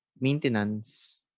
maintenance